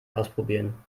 ausprobieren